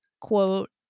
quote